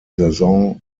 saison